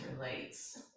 relates